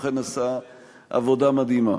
והוא אכן עשה עבודה מדהימה.